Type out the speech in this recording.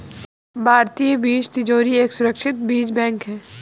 भारतीय बीज तिजोरी एक सुरक्षित बीज बैंक है